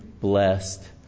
blessed